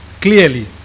clearly